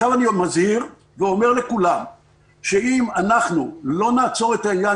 אני מזהיר ואומר לכולם שאם אנחנו לא נעצור את העניין